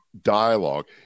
dialogue